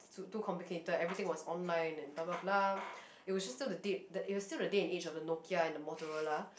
too complicated everything was online and blah blah blah it was just still the date that it was still the date and age of Nokia and Motorola